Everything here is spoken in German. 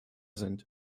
sind